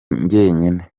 njyenyine